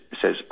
says